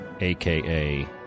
aka